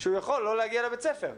שהוא יכול לא להגיע לבית הספר.